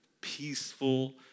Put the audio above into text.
peaceful